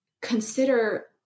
consider